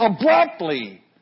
abruptly